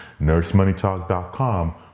nursemoneytalk.com